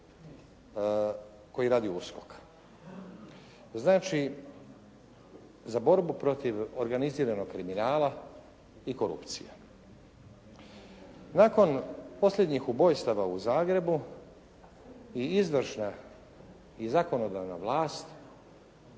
koji radi USKOK. Znači za borbu protiv organiziranog kriminala i korupcije. Nakon posljednjih ubojstava u Zagrebu i izvršna i zakonodavna vlast